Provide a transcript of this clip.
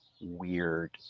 Weird